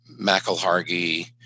McElhargy